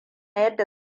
yadda